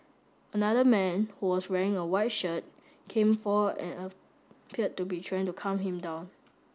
another man who was wearing a white shirt came forward and appeared to be trying to calm him down